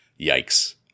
Yikes